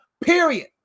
period